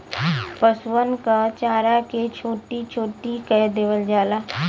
पसुअन क चारा के छोट्टी छोट्टी कै देवल जाला